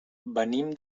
venim